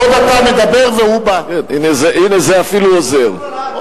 אני לא חושב שזה עניין של אופוזיציה וקואליציה,